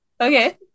Okay